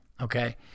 Okay